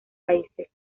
países